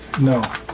No